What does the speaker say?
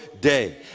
day